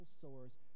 sores